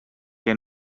que